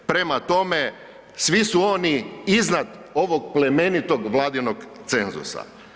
Prema tome, svi su oni iznad ovog plemenitog vladinog cenzusa.